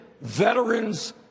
veterans